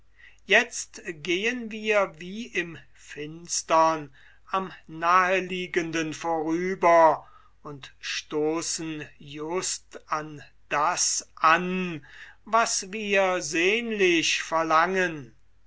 jetzt gehen wir wie im finstern am naheliegenden vorüber und stoßen just an das an was wir sehnlich verlangen